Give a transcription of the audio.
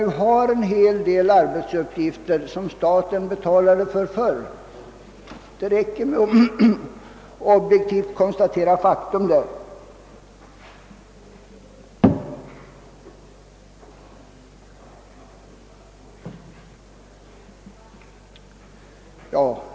Men kommunerna utför en del arbetsuppgifter, för vilka staten tidigare betalade. Det räcker att objektivt konstatera detta faktum.